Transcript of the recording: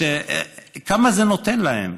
כמה זה נותן להם,